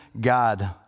God